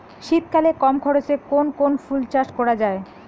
শীতকালে কম খরচে কোন কোন ফুল চাষ করা য়ায়?